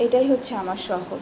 এটাই হচ্ছে আমার শহর